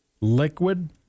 liquid